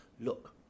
Look